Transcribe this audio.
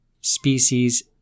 species